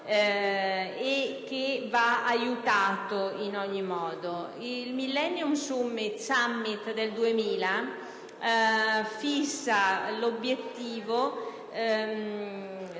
che va aiutato in ogni modo. Il Millennium Summit del 2000 fissa l'obiettivo di